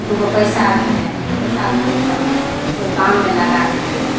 दूगो पैसा भेलै पैसा भेलै तऽ कोइ काममे लगा देलियै